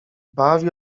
bawi